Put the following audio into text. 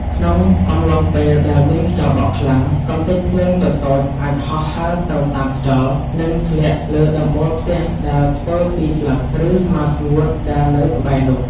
ក្នុងកំឡុងពេលដែលមានខ្យល់បក់ខ្លាំង កម្ទេចភ្លើងតូចៗអាចហោះហើរទៅតាមខ្យល់ និងធ្លាក់លើដំបូលផ្ទះដែលធ្វើពីស្លឹក ឬស្មៅស្ងួតដែលនៅក្បែរនោះ។